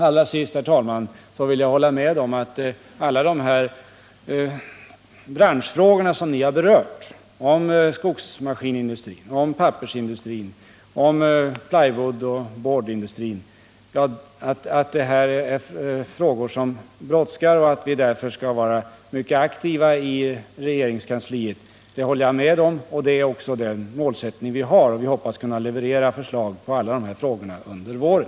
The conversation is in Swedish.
Allra sist vill jag hålla med om att alla dessa branschfrågor som ni har berört — om skogsmaskinindustrin, pappersindustrin, plywoodoch boardindustrin — är frågor som brådskar, och vi skall därför vara mycket aktiva i regeringskansliet. Det är den målsättningen vi har, och vi hoppas kunna leverera förslag i alla dessa frågor under våren.